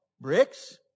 Bricks